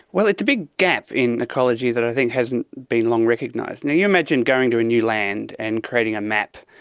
well, it's a big gap in ecology that i think hasn't been long recognised. you imagine going to a new land and creating a map,